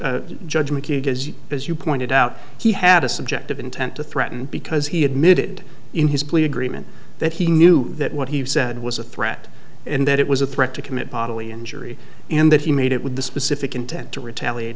because as you pointed out he had a subjective intent to threaten because he admitted in his plea agreement that he knew that what he said was a threat and that it was a threat to commit bodily injury and that he made it with the specific intent to retaliate